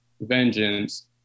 vengeance